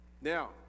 now